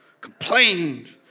complained